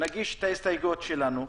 נגיש את ההסתייגויות שלנו.